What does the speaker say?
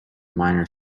minor